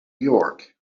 york